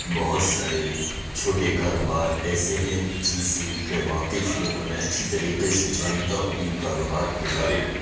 بہت سارے چھوٹے کاروبار ایسے ہیں جن سے میں واقف ہوں اور میں اچھی طریقے سے جانتا ہوں ان کاروبار کے بارے میں